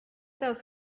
those